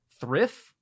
Thrift